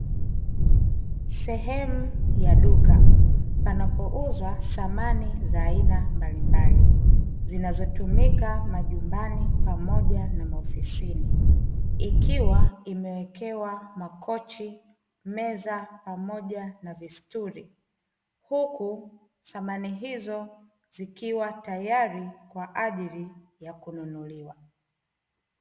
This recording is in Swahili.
Sehemu ya duka panapouzwa samani za aina mbalimbali zinazotumika majumbani pamoja na maofisini, ikiwa imewekewa makochi, meza pamoja na vistuli, huku samani hizo zikiwa tayari kwa ajili ya kununuliwa.